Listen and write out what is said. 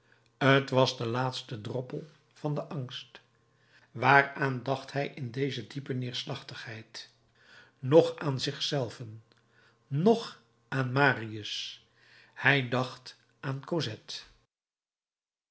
t was de laatste droppel van den angst waaraan dacht hij in deze diepe neerslachtigheid noch aan zich zelven noch aan marius hij dacht aan